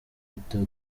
peter